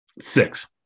Six